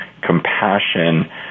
compassion